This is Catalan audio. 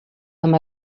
amb